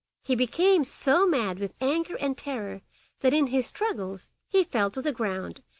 he became so mad with anger and terror that in his struggles he fell to the ground,